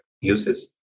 uses